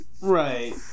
right